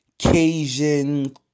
cajun